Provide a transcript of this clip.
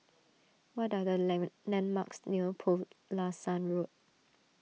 what are the land landmarks near Pulasan Road